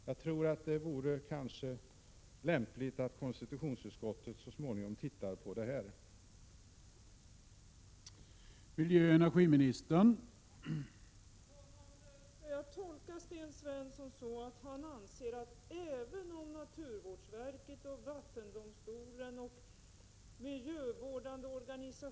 Jag tror att det kanske vore lämpligt att konstitutionsutskottet så småningom granskar detta förfarande.